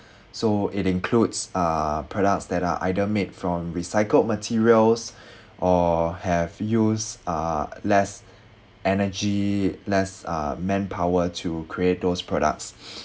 so it includes uh products that are either made from recycled materials or have used uh less energy less uh manpower to create those products